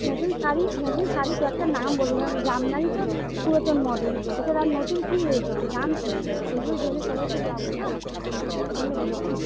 নতুন শাড়ি নতুন শাড়ি কয়েকটা নাম বলুন মানে জামদানি তো পুরাতন মডেল এছাড়া আর নতুন কী এসেছে নাম কী এগুলো জেনে তবে তো যাবো না এই জন্যে বলছি